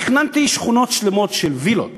תכננתי שכונות שלמות של וילות